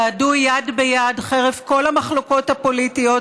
שצעדו יד ביד חרף כל המחלוקות הפוליטיות